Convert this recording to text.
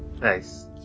Nice